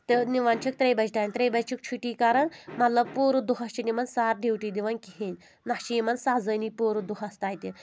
تہٕ نِوان چھِکھ ترٛیٚیہِ بَجہِ تانۍ ترٛیٚیہِ بَجہِ چھِکھ چھُٹی کراان مطلب پوٗرٕ دۄہَس چھِنہٕ یِمن سَر ڈیوٗٹی دِوان کِہیٖنۍ نہ چھِ یِمن سزٲنی پوٗرٕ دۄہَس تَتہِ